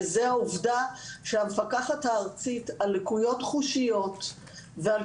וזאת העובדה שהמפקחת הארצית על לקויות חושיות ועל